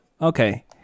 okay